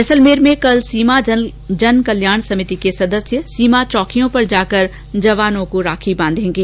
जैसलमेर में कल सीमा जन कल्याण समिति के सदस्य सीमा चौकियों पर जाकर जवानों को राखी बांधेंगे